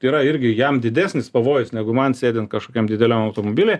yra irgi jam didesnis pavojus negu man sėdint kažkokiam dideliam automobily